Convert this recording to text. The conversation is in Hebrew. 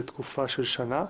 לתקופה של שנה.